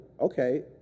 okay